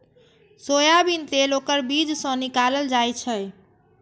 soybean तेल ओकर बीज सं निकालल जाइ छै